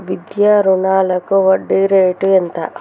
విద్యా రుణాలకు వడ్డీ రేటు ఎంత?